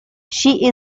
she